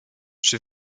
czy